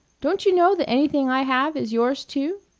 don't you know that anything i have is yours too?